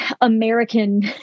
American